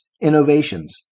innovations